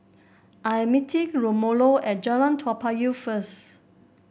I am meeting Romello at Jalan Toa Payoh first